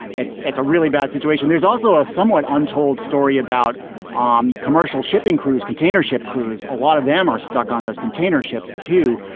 it's it's a really bad situation. there's also a somewhat untold story about commercial shipping cruise, containership cruise. a lot of them are stuck on those container ships, too.